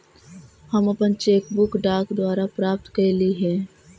हम अपन cheque book डाक द्वारा प्राप्त कईली हे